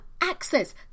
access